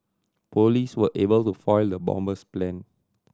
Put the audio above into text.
police were able to foil the bomber's plan